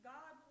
God